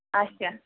اچھا